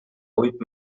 huit